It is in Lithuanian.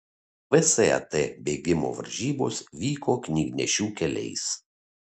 vsat bėgimo varžybos vyko knygnešių keliais